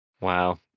Wow